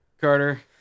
Carter